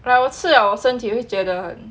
like 我吃了我身体会觉得